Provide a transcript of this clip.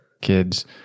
kids